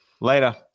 Later